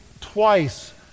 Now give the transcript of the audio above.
twice